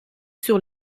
sur